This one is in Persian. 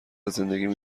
زندگیم